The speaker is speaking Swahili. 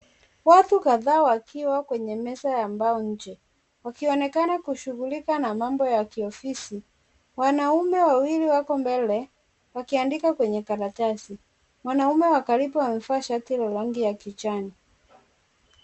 Watu kadhaa wakiwa kwenye meza ya mbao nje, wakionekana kushughulika na mambo ya kiofosi. Wanaume wawili wako mbele wakiandika kwenye karatasi wanaume wa karibu wamevaa shati na long ya kijani.